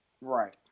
Right